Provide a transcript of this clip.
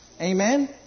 Amen